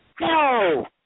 No